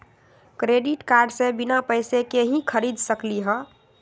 Credit card से बिना पैसे के ही खरीद सकली ह?